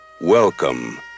welcome